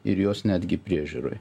ir jos netgi priežiūroj